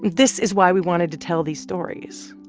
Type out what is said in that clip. this is why we wanted to tell these stories,